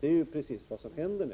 Det är precis vad som händer